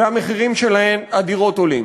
ומחירי הדירות עולים.